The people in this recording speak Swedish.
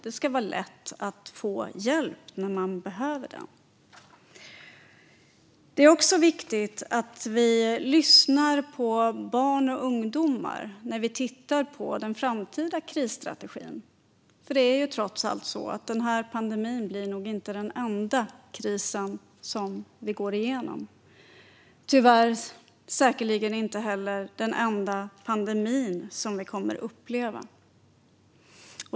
Det ska vara lätt att få hjälp när man behöver det. Det är också viktigt att vi lyssnar på barn och ungdomar när vi tittar på den framtida krisstrategin. Det är ju trots allt så att den här pandemin nog inte blir den enda krisen som vi går igenom, tyvärr säkerligen inte heller den enda pandemin som vi kommer att uppleva.